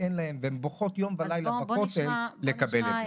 שאין להן והן בוכות יום ולילה בכותל לקבל את זה.